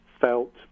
felt